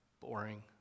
boring